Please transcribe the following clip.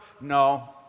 No